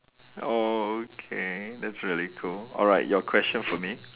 oh okay that's really cool alright your question for me